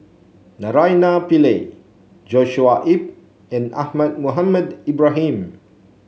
Naraina Pillai Joshua Ip and Ahmad Mohamed Ibrahim